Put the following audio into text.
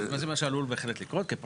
אני רק רוצה להגיד כמה דברים.